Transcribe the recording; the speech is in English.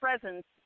presence